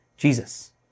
Jesus